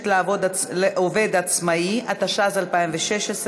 התשע"ז 2017,